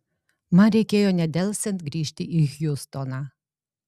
man reikėjo nedelsiant grįžti į hjustoną